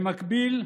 במקביל,